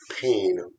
pain